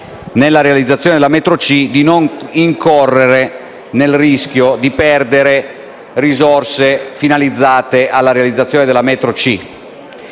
nella realizzazione della metro C, di non incorrere nel rischio di perdere risorse finalizzate alla realizzazione della stessa